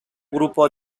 grupo